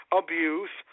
abuse